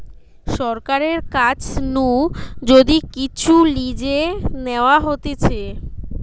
সরকারের কাছ নু যদি কিচু লিজে নেওয়া হতিছে